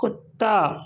کتا